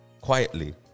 quietly